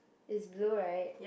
is blue right